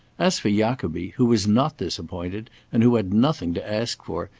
as for jacobi, who was not disappointed, and who had nothing to ask for,